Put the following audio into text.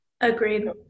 Agreed